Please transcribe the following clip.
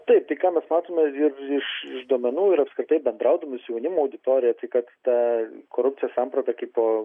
taip tai ką mes matome ir iš iš duomenų ir apskritai bendraudami su jaunimo auditorija tai kad ta korupcijos samprata kaipo